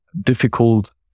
difficult